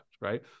right